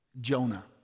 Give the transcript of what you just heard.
Jonah